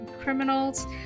criminals